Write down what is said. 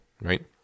right